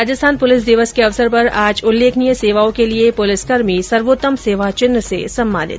Rajasthan police दिवस के अवसर पर आज उल्लेखनीय सेवाओं के लिये पुलिसकर्मी सर्वोत्तम सेवाचिन्ह से सम्मानित